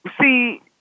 see